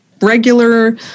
regular